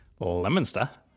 Lemonster